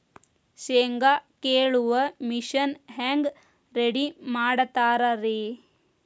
ಶೇಂಗಾ ಕೇಳುವ ಮಿಷನ್ ಹೆಂಗ್ ರೆಡಿ ಮಾಡತಾರ ರಿ?